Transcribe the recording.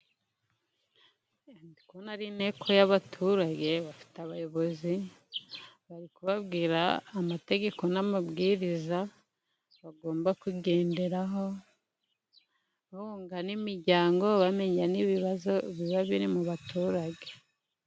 Ndi kubona ari inteko y'abaturage bafite abayobozi bari kubabwira amategeko n'amabwiriza bagomba kugenderaho, bunga n'imiryango bamenya n'ibibazo biba biri mu baturage.